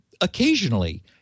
occasionally